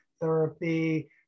therapy